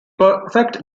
perfect